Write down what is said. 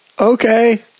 okay